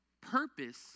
purpose